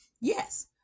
Yes